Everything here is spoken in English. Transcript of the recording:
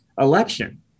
election